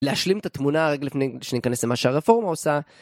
להשלים את התמונה רגע לפני שניכנס למה שהרפורמה עושה.